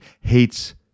hates